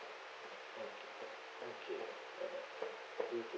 ya thank you bye bye you too